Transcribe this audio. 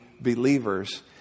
believers